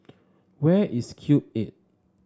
where is Cube Eight